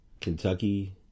Kentucky